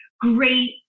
great